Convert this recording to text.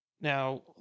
Now